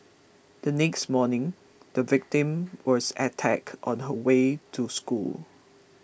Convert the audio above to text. the next morning the victim was attacked on her way to school